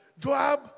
Joab